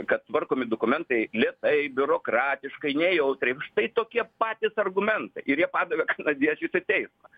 kad tvarkomi dokumentai lėtai biurokratiškai nejautriai štai tokie patys argumentai ir jie padavė kanadiečius į teismą